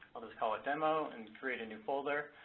i'll just call it demo and create a new folder.